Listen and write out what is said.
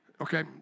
Okay